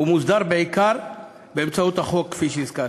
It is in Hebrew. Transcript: הוא מוסדר בעיקר באמצעות החוק, כפי שהזכרתי.